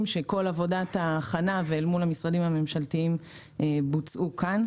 שכל עבודת ההכנה ומול המשרדים הממשלתיים בוצעו פה.